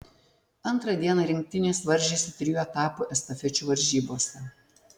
antrą dieną rinktinės varžėsi trijų etapų estafečių varžybose